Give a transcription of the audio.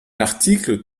l’article